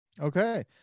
Okay